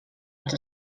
els